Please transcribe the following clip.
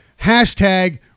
hashtag